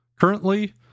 currently